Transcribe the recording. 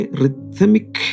rhythmic